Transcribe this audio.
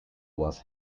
was